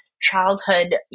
childhood